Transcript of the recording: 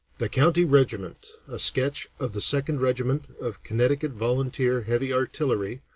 the county regiment a sketch of the second regiment of connecticut volunteer heavy artillery,